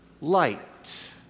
light